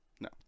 no